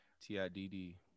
T-I-D-D